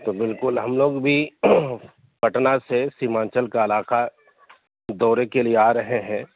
تو بالکل ہم لوگ بھی پٹنہ سے سیمانچل کا علاقہ دورے کے لیے آ رہے ہیں